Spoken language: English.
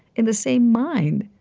in the same mind,